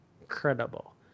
incredible